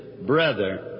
brother